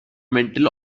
metal